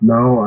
Now